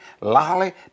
Lolly